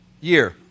year